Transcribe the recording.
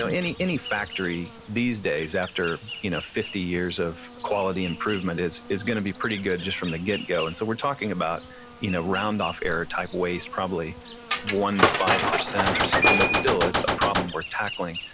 so any any factory these days, after you know fifty years of quality improvement is is gonna be pretty good just from the get-go. and so we're talking about you know round off air type waste, probably one to five percent or something, but still is a problem we're tackling.